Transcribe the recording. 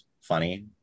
funny